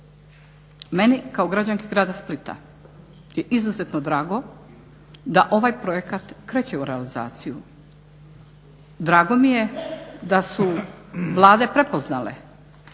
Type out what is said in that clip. Meni kao građanki Grada Splita je izuzetno drago da ovaj projekt kreće u realizaciju. Drago mi je da su vlade prepoznale